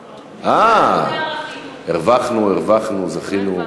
אה, הרווחנו, זכינו.